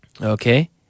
Okay